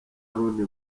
loni